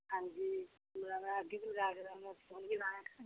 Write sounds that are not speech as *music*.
ਹਾਂਜੀ *unintelligible* ਹੁਣ ਵੀ *unintelligible*